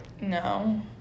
No